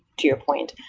to your point.